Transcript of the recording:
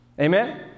Amen